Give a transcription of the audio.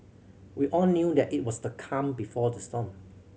we all knew that it was the calm before the storm